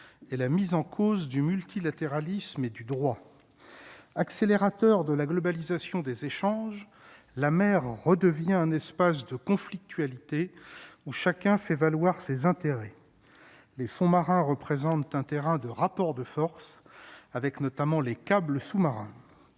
et la mise en cause du multilatéralisme et du droit, accélérateur de la globalisation des échanges, la mer redevient un espace de conflictualité où chacun fait valoir ses intérêts les fonds marins représente un terrain de rapport de force avec notamment les câbles sous-marins,